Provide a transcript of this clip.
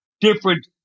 different